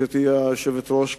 גברתי היושבת-ראש,